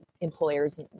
employers